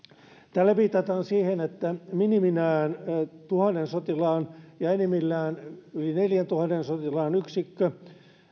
tällä viitataan siihen että miniminään tuhanteen sotilaan ja enimmillään yli neljääntuhanteen sotilaan yksikkö